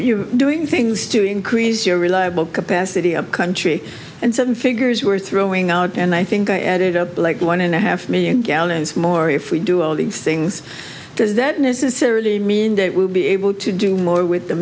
you're doing things to increase your reliable capacity a country and some figures who are throwing out and i think i added a black one and a half million gallons more if we do all these things does that necessarily mean that we'll be able to do more with the